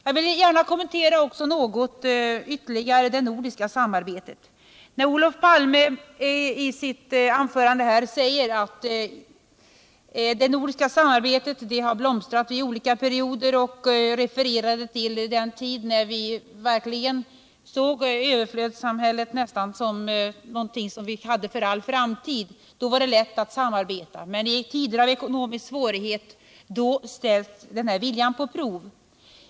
Jag vill också gärna något ytterligare kommentera det nordiska samarbetet. Olof Palme sade i sitt anförande att det nordiska samarbetet har blomstrat under olika perioder. Han refererade till den tid när vi såg överflödssamhället som någonting som vi trodde oss ha nästan för all framtid. Då var det lätt att samarbeta, men i tider av ekonomiska svårigheter sätts den viljan på prov.